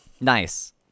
Nice